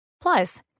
Plus